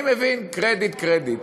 עכשיו, אני מבין: קרדיט, קרדיט.